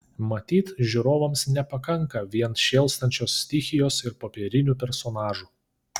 matyt žiūrovams nepakanka vien šėlstančios stichijos ir popierinių personažų